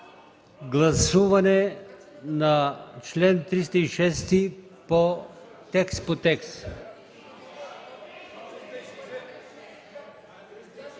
гласуване на чл. 360 текст по текст.